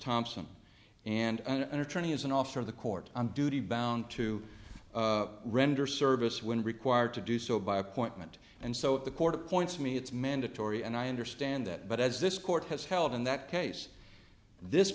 thompson and an attorney as an officer of the court on duty bound to render service when required to do so by appointment and so if the court appoints me it's mandatory and i understand that but as this court has held in that case this